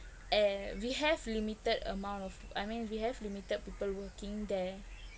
and we have limited amount of I mean we have limited people working there